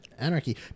anarchy